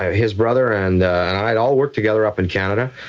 his brother, and and i all worked together up in canada.